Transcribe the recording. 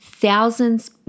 thousands